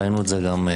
ראינו את זה בקורונה.